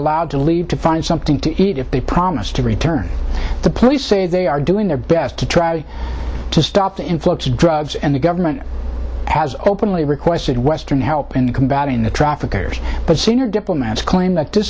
allowed to leave to find something to eat if they promise to return the police say they are doing their best to try to stop the influx of drugs and the government has openly requested western help in combating the traffickers but senior diplomats claim that